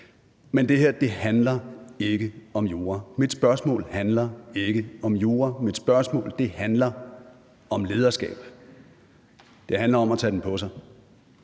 Men det her handler ikke om jura. Mit spørgsmål handler ikke om jura, mit spørgsmål handler om lederskab – det handler om at tage det på sig.